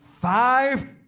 five